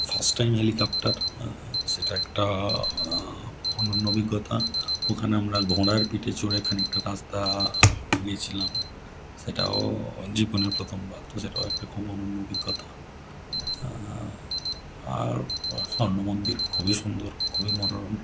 first time helicopter সেটা একটা অনন্য অভিজ্ঞতা ওখানে আমরা ঘোড়ার পিঠে চড়ে খানিকটা রাস্তা গিয়েছিলাম সেটাও জীবনের প্রথমবার তো সেটাও একটা খুব অনন্য অভিজ্ঞতা আর স্বর্ণ মন্দির খুবই সুন্দর খুবই মনোরম